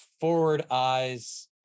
forward-eyes